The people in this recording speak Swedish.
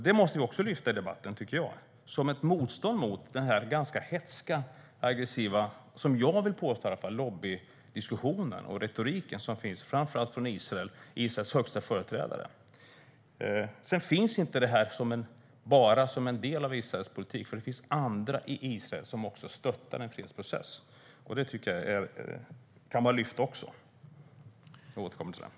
Det måste vi också lyfta i debatten som ett motstånd mot den ganska hätska och aggressiva - det vill i alla fall jag påtala - lobbydiskussion och retorik som finns från framför allt Israel och Israels högsta företrädare. Detta finns inte bara som den enda delen av Israels politik. Det finns andra i Israel som stöttar en fredsprocess. Det tycker jag att man också kan lyfta fram, och jag återkommer till det.